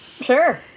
Sure